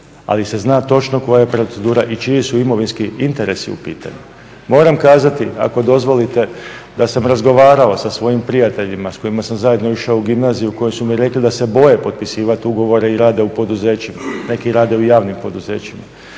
ali se zna točno koja je procedura i čiji su imovinski interesi u pitanju. Moram kazati ako dozvolite, da sam razgovarao sa svojim prijateljima s kojima sam zajedno išao u gimnaziju koji su mi rekli da se boje potpisivati ugovore i rade u poduzećima, neki rade u javnim poduzećima.